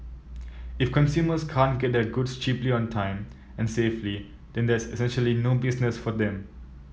if consumers can't get their goods cheaply on time and safely then there's essentially no business for them